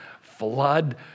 Flood